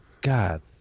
God